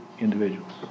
individuals